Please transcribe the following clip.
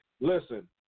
Listen